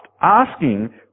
asking